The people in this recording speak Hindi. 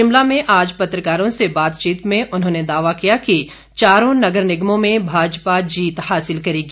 शिमला में आज पत्रकारों से बातचीत में उन्होंने दावा किया कि चारों नगर निगमों में भाजपा जीत हासिल करेगी